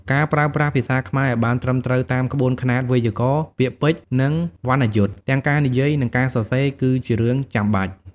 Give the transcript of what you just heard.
ការប្រើប្រាស់ភាសាខ្មែរឱ្យបានត្រឹមត្រូវតាមក្បួនខ្នាតវេយ្យាករណ៍ ពាក្យពេចន៍ និងវណ្ណយុត្តិ ទាំងការនិយាយ និងការសរសេរ គឺជារឿងចាំបាច់។